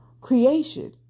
creation